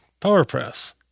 PowerPress